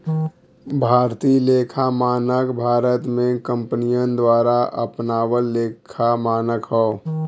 भारतीय लेखा मानक भारत में कंपनियन द्वारा अपनावल लेखा मानक हौ